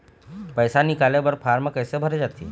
पैसा निकाले बर फार्म कैसे भरे जाथे?